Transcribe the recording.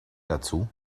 dazu